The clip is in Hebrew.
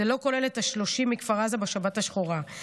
וזה לא כולל את ה-30 מכפר עזה בשבת השחורה,